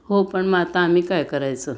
हो पण मग आता आम्ही काय करायचं